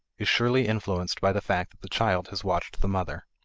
is surely influenced by the fact that the child has watched the mother.